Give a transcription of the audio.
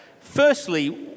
firstly